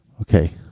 Okay